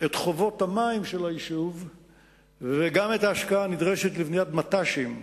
את חובות המים של היישוב וגם את ההשקעה הנדרשת לבניית מט"שים.